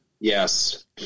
Yes